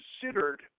considered